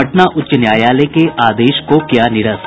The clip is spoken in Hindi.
पटना उच्च न्यायालय के आदेश को किया निरस्त